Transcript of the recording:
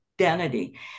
identity